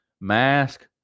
Mask